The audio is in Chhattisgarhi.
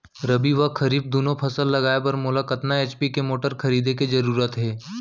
रबि व खरीफ दुनो फसल लगाए बर मोला कतना एच.पी के मोटर खरीदे के जरूरत हे?